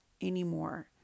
anymore